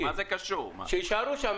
שיישארו שם.